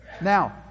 Now